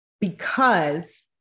because-